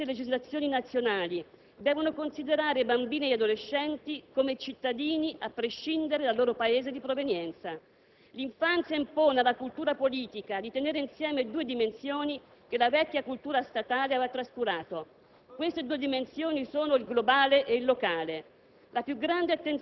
cosicché le stesse legislazioni nazionali devono considerare i bambini e gli adolescenti come cittadini a prescindere dal loro Paese di provenienza. L'infanzia impone alla cultura politica di tenere insieme due dimensioni che la vecchia cultura statale aveva trascurato. Queste due dimensioni sono il globale e il locale.